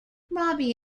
robbie